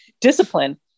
discipline